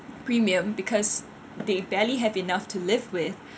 premium because they barely have enough to live with